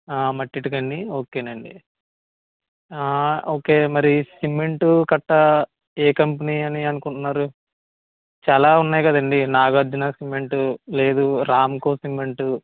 మట్టి ఇటుక అండి ఓకేనండి ఓకే మరి సిమెంటు కట్టా ఏ కంపెనీ అని అనుకుంటున్నారు చాల ఉన్నాయి కదండీ నాగార్జున సిమెంటు లేదు రాంకో సిమెంటు